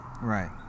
Right